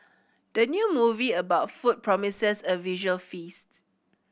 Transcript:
the new movie about food promises a visual feasts